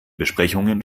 besprechungen